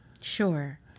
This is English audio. Sure